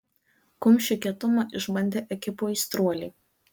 kumščių kietumą išbandė ekipų aistruoliai